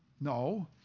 No